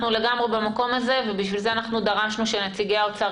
אנחנו לגמרי במקום הזה ולכן דרשנו שנציגי משרד האוצר